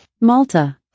Malta